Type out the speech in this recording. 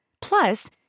Plus